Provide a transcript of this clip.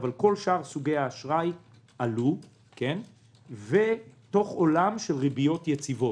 אבל כל שאר סוגי האשראי עלו תוך עולם של ריביות יציבות.